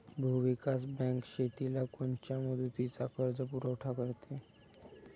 भूविकास बँक शेतीला कोनच्या मुदतीचा कर्जपुरवठा करते?